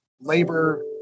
labor